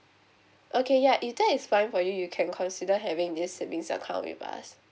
okay ya if that is fine for you can consider having this savings account with us